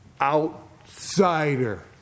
outsider